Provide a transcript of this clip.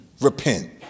repent